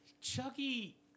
Chucky –